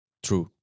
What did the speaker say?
True